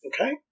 Okay